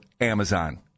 Amazon